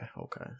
okay